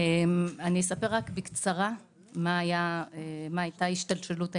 אספר בקצרה על השתלשלות העניינים.